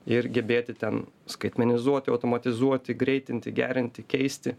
ir gebėti ten skaitmenizuoti automatizuoti greitinti gerinti keisti